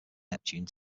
neptune